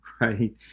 right